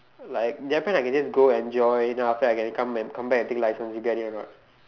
like Japan I can just go enjoy then after that I come come back and take license you get it or not